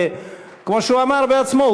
כמו שהוא אמר בעצמו,